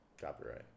Copyright